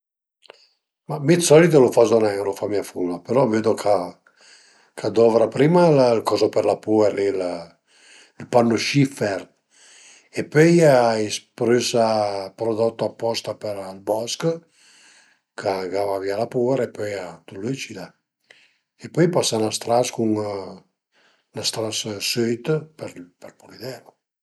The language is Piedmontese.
Ma mi d'solit lu fazu nen, a lu fa mia fumna, però vedu ch'a ch'a dovra prima ël cozo për la puer li, il panno sciffer e pöi a i sprüsa ën prodotto apposta për ël bosch ch'a gava vìa la puer e pöi a lu lücida e pöoi a pasa ün stras cun, ün stras süit për pulidé